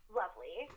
lovely